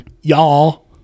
y'all